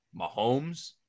Mahomes